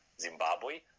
Zimbabwe